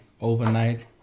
overnight